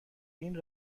این